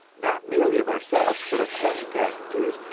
not merely of ourselves, but of many passengers,